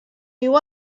viu